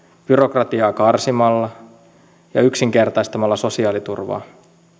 byrokratiaa karsimalla ja yksinkertaistamalla sosiaaliturvaa